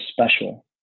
special